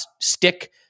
stick